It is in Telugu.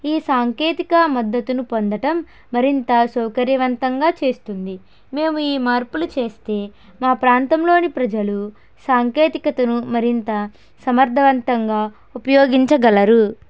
ఈ సాంకేతిక మద్దతును పొందటం మరింత సౌకర్యవంతంగా చేస్తుంది మేము ఈ మార్పులు చేస్తే మా ప్రాంతంలోని ప్రజలు సాంకేతికతను మరింత సమర్థవంతంగా ఉపయోగించగలరు